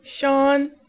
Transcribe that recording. Sean